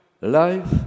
Life